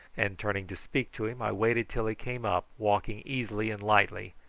and turning to speak to him i waited till he came up, walking easily and lightly,